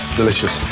delicious